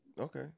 Okay